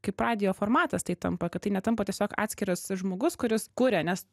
kaip radijo formatas tai tampa kad tai netampa tiesiog atskiras žmogus kuris kuria nes